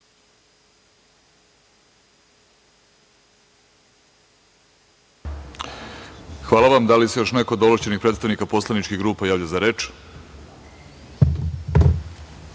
Hvala vam. Da li se još neko od ovlašćenih predstavnika poslaničkih grupa javlja za reč? Reč ima